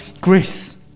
grace